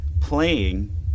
playing